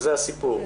זה הסיפור.